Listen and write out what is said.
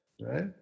right